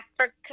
Africa